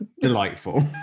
delightful